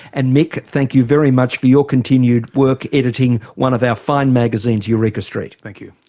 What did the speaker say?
and mick, thank you very much for your continued work editing one of our fine magazines, eureka street. thank you.